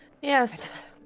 Yes